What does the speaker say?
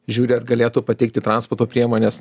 žiūri ar galėtų pateikti transporto priemones